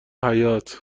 حباط